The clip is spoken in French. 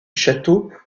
châteaux